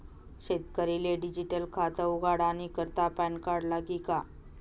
शेतकरीले डिजीटल खातं उघाडानी करता पॅनकार्ड लागी का?